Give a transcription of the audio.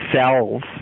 cells